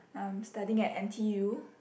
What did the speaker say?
I'm studying at N_t_U